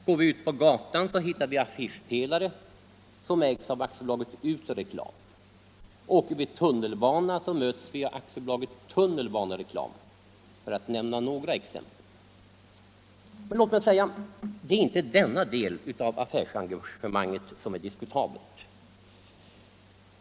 Går vi ut på gatan hittar vi affischpelare som ägs av AB Utereklam, och åker vi tunnelbana möts vi av AB Tunnelbanereklam, för att nämna ett par exempel. Men låt mig säga att det inte är denna del av affärsengagemanget som är diskutabel.